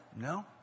No